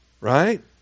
right